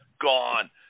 gone